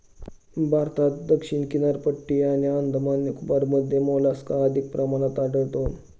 भारतात दक्षिण किनारपट्टी आणि अंदमान निकोबारमध्ये मोलस्का अधिक प्रमाणात आढळतो